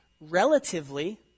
relatively